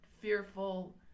fearful